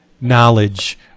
knowledge